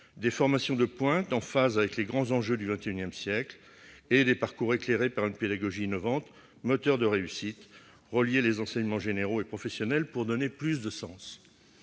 des formations de pointe en phase avec les grands enjeux du XXI siècle ; des parcours éclairés par une pédagogie innovante, moteur de réussite. En d'autres termes, il s'agit de relier les enseignements généraux et professionnels pour donner plus de sens.